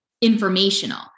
informational